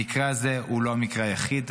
המקרה הזה הוא לא המקרה היחיד.